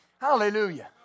Hallelujah